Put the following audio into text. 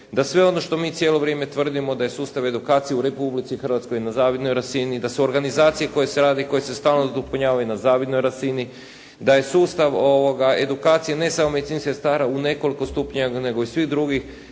da sve ono što mi cijelo vrijeme tvrdimo da je sustav edukacije u Republici Hrvatskoj na zavidnoj razini, da su organizacije koje se rade i koje se stalno dopunjavaju na zavidnoj razini, da je sustav edukacije ne samo medicinskih sestara u nekoliko stupnjeva nego i svih drugih,